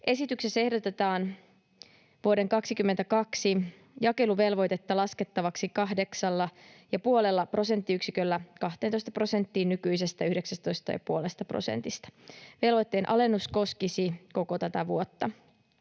Esityksessä ehdotetaan vuoden 22 jakeluvelvoitetta laskettavaksi 7,5 prosenttiyksiköllä 12 prosenttiin nykyisestä 19,5 prosentista. Velvoitteen alennus koskisi koko tätä vuotta.